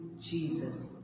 Jesus